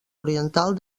oriental